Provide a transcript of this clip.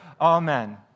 Amen